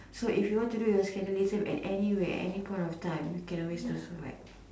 so if you want to do your scandalism anywhere at any point of time you can always do so one